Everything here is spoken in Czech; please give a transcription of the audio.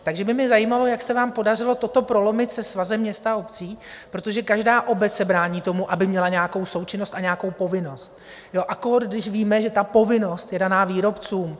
Takže by mě zajímalo, jak se vám podařilo toto prolomit se Svazem měst a obcí, protože každá obec se brání tomu, aby měla nějakou součinnost a nějakou povinnost, a kór když víme, že ta povinnost je daná výrobcům.